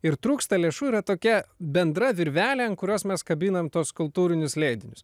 ir trūksta lėšų yra tokia bendra virvelė ant kurios mes kabinam tuos kultūrinius leidinius